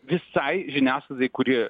visai žiniasklaidai kuri